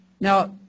Now